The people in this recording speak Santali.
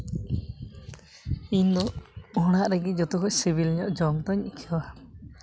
ᱤᱧ ᱫᱚ ᱚᱲᱟᱜ ᱨᱮᱜᱮ ᱡᱚᱛᱚ ᱠᱷᱚᱱ ᱥᱤᱵᱤᱞᱤᱧᱚᱜ ᱡᱚᱢ ᱫᱩᱧ ᱟᱹᱭᱠᱟᱹᱣᱟ